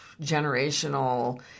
generational